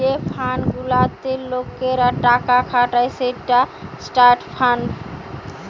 যে ফান্ড গুলাতে লোকরা টাকা খাটায় সেটা ট্রাস্ট ফান্ড